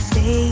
Say